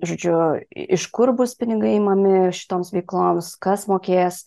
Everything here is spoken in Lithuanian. žodžiu iš kur bus pinigai imami šitoms veikloms kas mokės